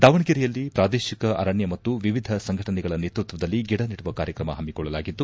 ದಾವಣಗೆರೆಯಲ್ಲಿ ಪ್ರಾದೇಶಿಕ ಅರಣ್ಯ ಮತ್ತು ವಿವಿಧ ಸಂಘಟನೆಗಳ ನೇತೃತ್ವದಲ್ಲಿ ಗಿಡ ನೆಡುವ ಕಾರ್ಯತ್ರಮ ಹಮ್ಮಿಕೊಳ್ಳಲಾಗಿತ್ತು